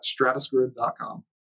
StratusGrid.com